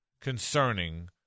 concerning